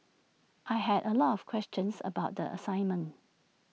I had A lot of questions about the assignment